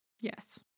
Yes